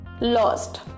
lost